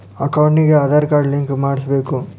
ಅಕೌಂಟಿಗೆ Aadhaar card link ಮಾಡಿಸಬೇಕು?